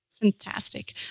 Fantastic